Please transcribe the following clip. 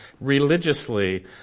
religiously